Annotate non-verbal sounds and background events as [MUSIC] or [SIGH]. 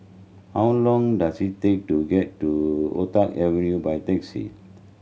how long does it take to get to [UNINTELLIGIBLE] Avenue by taxi